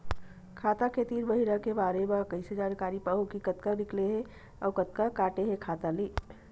खाता के तीन महिना के बारे मा कइसे जानकारी पाहूं कि कतका निकले हे अउ कतका काटे हे खाता ले?